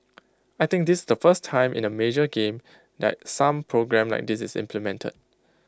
I think this's the first time in the major game that some programme like this is implemented